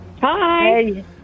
Hi